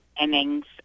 innings